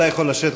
אתה יכול לשבת,